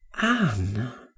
Anne